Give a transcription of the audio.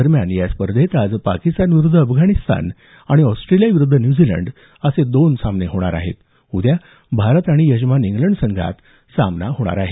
दरम्यान या स्पर्धेत आज पाकिस्तान विरुद्ध अफगाणिस्तान आणि ऑस्ट्रेलिया विरुद्ध न्यूझीलंड असे दोन सामने होणार असून उद्या भारत आणि यजमान इंग्लंड संघात सामना होणार आहे